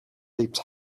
leaps